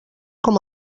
com